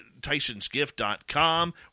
Tysonsgift.com